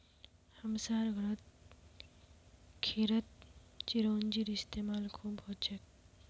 हमसार घरत खीरत चिरौंजीर इस्तेमाल खूब हछेक